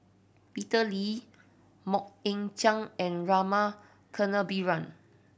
Peter Lee Mok Ying Jang and Rama Kannabiran